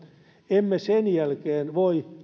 emme sen jälkeen voi